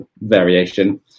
variation